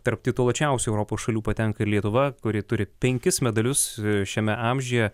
tarp tituluočiausių europos šalių patenka ir lietuva kuri turi penkis medalius šiame amžiuje